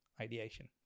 ideation